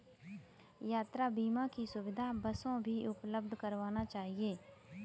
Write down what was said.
यात्रा बीमा की सुविधा बसों भी उपलब्ध करवाना चहिये